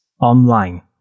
online